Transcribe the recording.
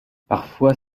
parfois